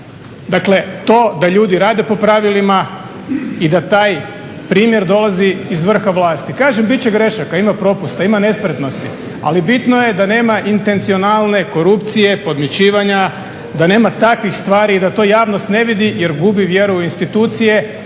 dakle to da ljudi rade po pravilima i da taj primjer dolazi iz vrha vlasti. Kažem bit će grešaka, ima propusta, ima nespretnosti, ali bitno je da nema intencionalne korupcije, podmićivanja, da nema takvih stvari i da to javnost ne vidi jer gubi vjeru u institucije